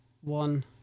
one